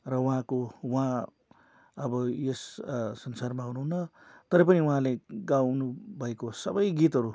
र उहाँको उहाँ अब यस संसारमा हुनुहुन्न तर पनि उहाँले गाउनुभएको सबै गीतहरू